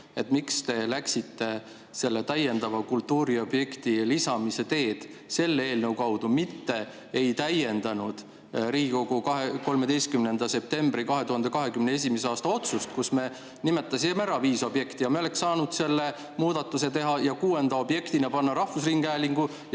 ust. Miks te läksite täiendava kultuuriobjekti lisamise teed selle eelnõu kaudu, mitte ei täiendanud Riigikogu 13. septembri 2021. aasta otsust, kus me nimetasime ära viis objekti? Me oleks saanud [selles otsuses] muudatuse teha, kuuendaks objektiks panna rahvusringhäälingu